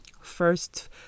first